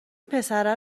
پسره